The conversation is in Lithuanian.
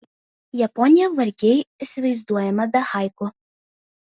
japonija vargiai įsivaizduojama be haiku